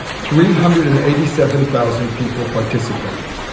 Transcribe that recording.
three hundred and eighty seven thousand people participated.